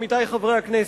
עמיתי חברי הכנסת.